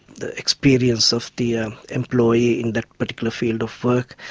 the experience of the ah employee in that particular field of work.